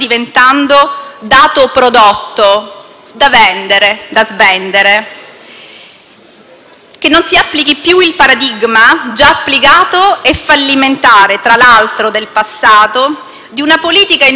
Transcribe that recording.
Che non si applichi più il paradigma, già applicato (e fallimentare, tra l'altro) nel passato, di una politica industriale rivolta a misure esclusivamente a favore del profitto. Non è retorica,